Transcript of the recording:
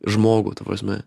žmogų ta prasme